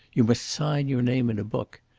you must sign your name in a book.